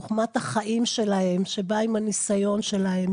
חוכמת החיים שלהם שבאה עם הניסיון שלהם,